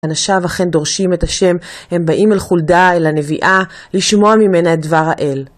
אנשיו אכן דורשים את השם, הם באים אל חולדה, אל הנביאה, לשמוע ממנה את דבר האל.